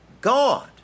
God